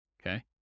okay